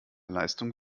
leistung